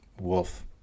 Wolf